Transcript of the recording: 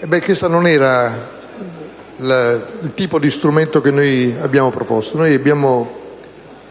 ebbene questo non era il tipo di strumento che abbiamo proposto. Noi abbiamo